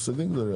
הפסדים גדולים.